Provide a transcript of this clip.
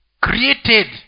created